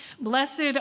Blessed